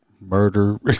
murder